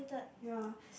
ya